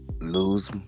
lose